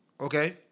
Okay